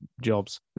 jobs